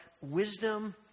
wisdom